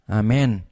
amen